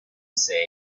said